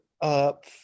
up